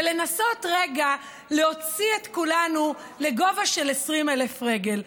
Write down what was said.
ולנסות רגע להוציא את כולנו לגובה של 20,000 רגל.